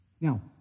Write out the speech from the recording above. Now